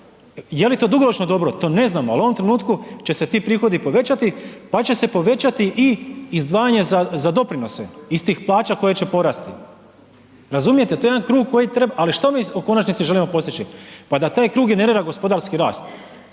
Jeli to dugoročno dobro? To ne znamo, ali u ovom trenutku će se ti prihodi povećati pa će se povećati i izdvajanje za doprinose iz tih plaća koje će porast. A što mi u konačnici želimo postići? Pa da taj krug inervira gospodarski rast.